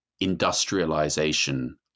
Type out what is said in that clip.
industrialization